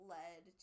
led